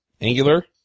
Angular